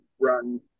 run